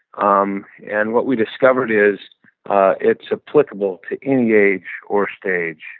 um and what we discovered is it's applicable to any age or stage.